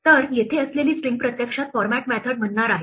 तर येथे असलेली स्ट्रिंग प्रत्यक्षात फॉरमॅट मेथड म्हणणार आहे